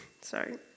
Sorry